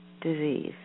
disease